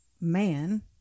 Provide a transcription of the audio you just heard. man